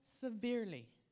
severely